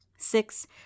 Six